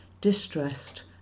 distressed